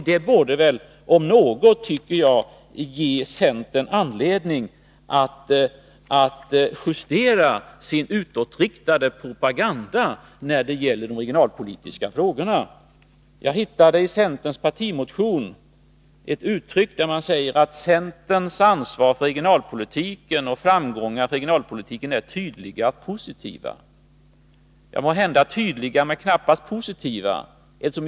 Det om något borde väl ge centern anledning att justera sin utåtriktade propaganda i de regionalpolitiska frågorna. Jag hittade i centerns partimotion ett avsnitt där man talade om centerns ansvar för regionalpolitiken och sade att framgångarna för regionalpolitiken är tydliga och positiva. Måhända tydliga, men knappast positiva.